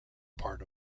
part